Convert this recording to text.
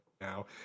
now